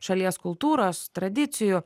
šalies kultūros tradicijų